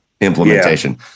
implementation